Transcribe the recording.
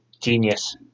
Genius